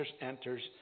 enters